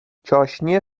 چاشنی